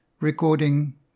Recording